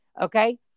Okay